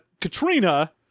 Katrina